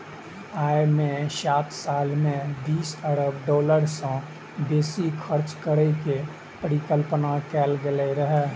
अय मे सात साल मे बीस अरब डॉलर सं बेसी खर्च करै के परिकल्पना कैल गेल रहै